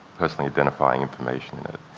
personally identifying information in it.